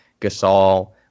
Gasol